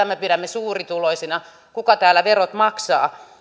mitä me pidämme suurituloisina kuka täällä verot maksaa